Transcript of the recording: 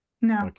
No